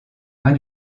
mains